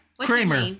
Kramer